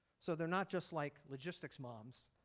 so they're not just like logistics moms.